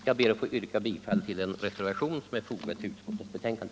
Jag ber att få yrka bifall till den reservation som är fogad till utskottets betänkande.